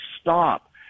stop